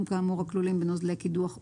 כאמור הכלולים בנוזלי קידוח ובגזירים.